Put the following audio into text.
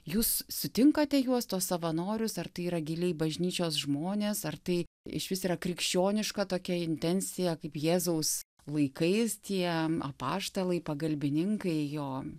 jūs sutinkate juos tuos savanorius ar tai yra giliai bažnyčios žmonės ar tai išvis yra krikščioniška tokia intencija kaip jėzaus laikais tie apaštalai pagalbininkai jo